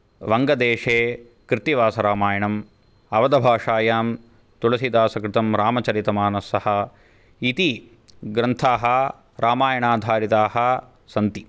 बङ्गदेशे कृत्तिवासरामायणं अवधभाषायां तुलसिदासकृतं रामचरितमानसः इति ग्रन्थाः रामायणाधारिताः सन्ति